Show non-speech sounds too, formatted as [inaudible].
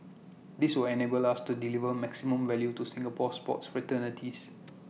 this will enable us to deliver maximum value to Singapore sports fraternities [noise]